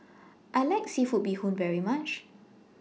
I like Seafood Bee Hoon very much